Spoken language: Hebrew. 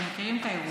אתם מכירים את האירוע,